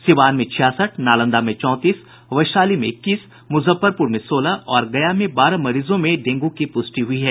सीवान में छियासठ नालंदा में चौंतीस वैशाली में इक्कीस मुजफ्फरपुर में सोलह और गया में बारह मरीजों में डेंगू की पुष्टि हुई है